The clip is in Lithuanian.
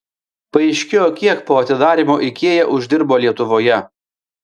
paaiškėjo kiek po atidarymo ikea uždirbo lietuvoje